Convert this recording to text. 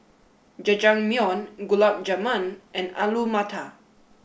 Jajangmyeon Gulab Jamun and Alu Matar